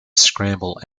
scramble